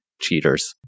cheaters